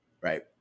right